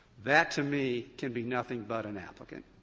that, to me, can be nothing but an applicant.